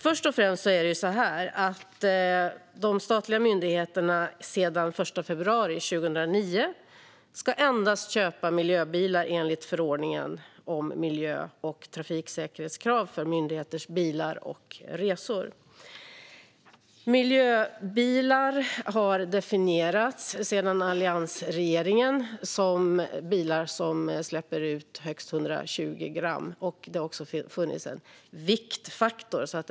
Det är så här: De statliga myndigheterna ska sedan den 1 februari 2009 endast köpa miljöbilar, enligt förordningen om miljö och trafiksäkerhetskrav för myndigheters bilar och resor. Miljöbilar har definierats sedan alliansregeringens tid som bilar som släpper ut högst 120 gram. Det har också funnits en viktfaktor.